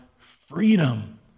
Freedom